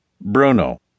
Bruno